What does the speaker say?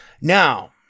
Now